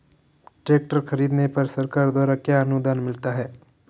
Tractor खरीदने पर सरकार द्वारा क्या अनुदान मिलता है?